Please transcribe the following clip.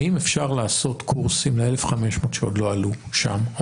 האם אפשר לעשות קורסים ל-1,500 שעוד לא עלו שם?